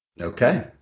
Okay